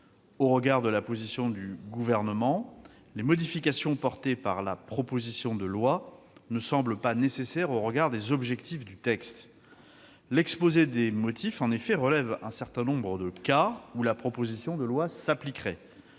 justifier la position du Gouvernement, les modifications apportées par la proposition de loi ne semblent du reste pas nécessaires au regard des objectifs du texte. En effet, l'exposé des motifs fait état d'un certain nombre de cas où la proposition de loi s'appliquerait.